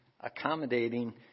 accommodating